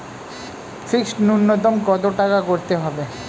Fixed নুন্যতম কত টাকা করতে হবে?